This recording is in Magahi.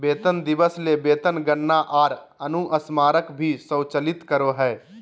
वेतन दिवस ले वेतन गणना आर अनुस्मारक भी स्वचालित करो हइ